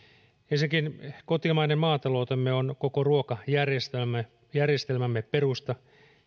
ensinnäkin kotimainen maataloutemme on koko ruokajärjestelmämme perusta